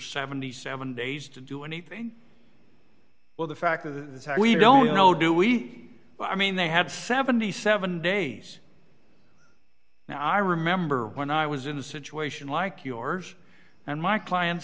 seventy seven days to do anything well the fact of the we don't know do we i mean they had seventy seven days now i remember when i was in a situation like yours and my clients